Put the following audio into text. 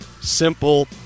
Simple